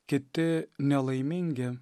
kiti nelaimingi